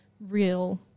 real